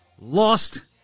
Lost